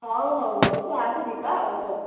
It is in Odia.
ହେଉ ହେଉ ହେଉ ତୁ ଆସେ ଯିବା ଆଉ ହେଉ